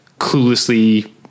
cluelessly